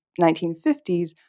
1950s